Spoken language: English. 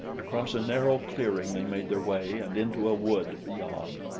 across a narrow clearing they made their way and into a wood beyond.